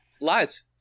Lies